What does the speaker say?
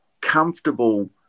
comfortable